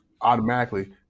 automatically